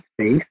space